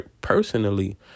personally